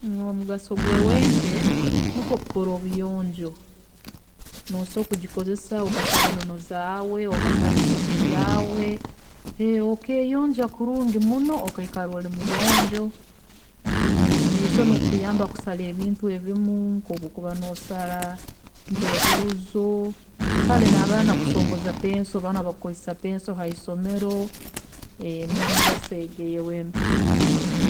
﻿Omugaso gwewempe nikwe kukora obuyonjo, nosobola kugikozesa okasara enono zaawe, okasara eisoke ryaawe, okeyonja kurungi muno okeikara ori muyonjo, nesobora kukuyamba kusara ebintu ebimu nkokuba orikusara nk'ehuuzo, kare n'abaana kusongoza pencil, banu abakukozesa pencil haisomero, niyo migaso egi eya wempe